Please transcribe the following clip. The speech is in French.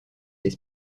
des